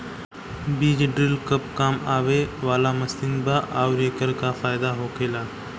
बीज ड्रील कब काम आवे वाला मशीन बा आऊर एकर का फायदा होखेला?